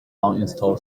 uninstall